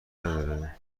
نداره